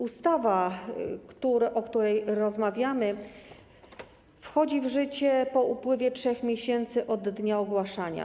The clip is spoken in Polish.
Ustawa, o której rozmawiamy, wchodzi w życie po upływie 3 miesięcy od dnia ogłoszenia.